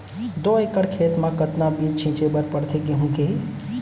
दो एकड़ खेत म कतना बीज छिंचे बर पड़थे गेहूँ के?